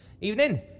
Evening